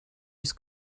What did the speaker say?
his